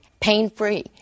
pain-free